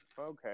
okay